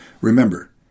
Remember